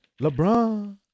LeBron